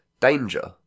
danger